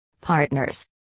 Partners